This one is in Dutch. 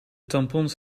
tampons